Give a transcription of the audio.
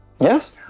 yes